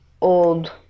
old